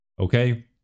Okay